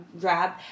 grab